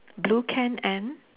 blue can and